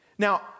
Now